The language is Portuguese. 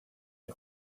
ele